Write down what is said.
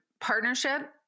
partnership